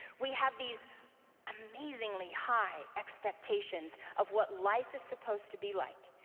we have these amazingly high expectations of what life is supposed to be like,